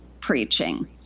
preaching